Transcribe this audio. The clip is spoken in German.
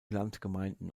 landgemeinden